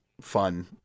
fun